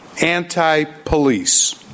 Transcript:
anti-police